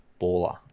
baller